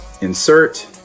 insert